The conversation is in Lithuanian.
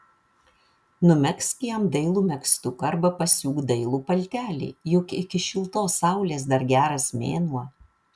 numegzk jam dailų megztuką arba pasiūk dailų paltelį juk iki šiltos saulės dar geras mėnuo